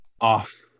off